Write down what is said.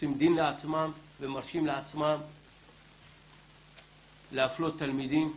עושים דין לעצמם ומרשים לעצמם להפלות תלמידים,